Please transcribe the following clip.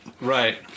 Right